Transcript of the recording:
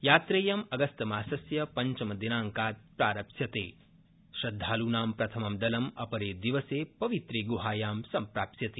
यात्रेयं अगस्तमासस्य पंचमदिनांकात् प्रारप्स्यते श्रद्धालूनां प्रथमं दलं अपरे दिवसे पवित्रे गृहायां सम्प्राप्स्यति